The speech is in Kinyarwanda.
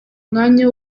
umwanya